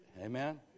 Amen